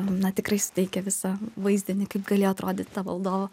na tikrai suteikia visą vaizdinį kaip galėjo atrodyt to valdovo